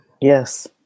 Yes